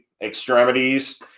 extremities